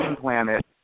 planet